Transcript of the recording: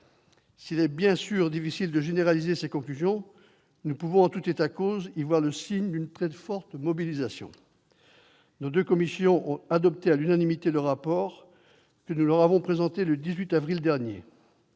S'il est bien sûr difficile de généraliser ces conclusions, nous pouvons, en tout état de cause, y voir le signe d'une très forte mobilisation. Les deux commissions ont adopté à l'unanimité le rapport que nous leur avons soumis le 18 avril dernier.